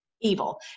evil